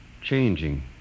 Changing